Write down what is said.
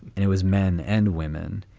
and it was men and women.